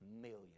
million